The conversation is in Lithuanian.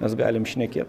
mes galim šnekė